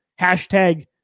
Hashtag